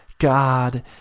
God